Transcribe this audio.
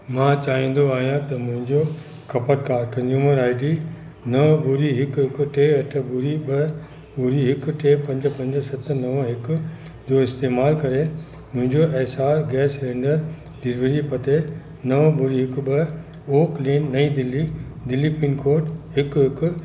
मां चाहींदो आहियां त मुंहिंजो खपतकारु कंज़्यूमर आईडी नव ॿुड़ी हिकु हिकु टे अठ ॿुड़ी ॿ ॿुड़ी हिकु टे पंज पंज सत नव हिकु जो इस्तमाल करे मुंहिंंजो एसआर गैस सिलेंडर डिलीवरी पते नव ॿुड़ी हिकु ॿ oak lane New Delhi Delhi pin code हिकु हिकु